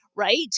right